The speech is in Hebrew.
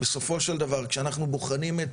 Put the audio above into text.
בסופו של דבר כשאנחנו בוחנים את